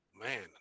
man